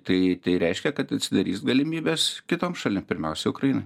tai tai reiškia kad atsidarys galimybės kitom šalim pirmiausia ukrainai